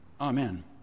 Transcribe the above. Amen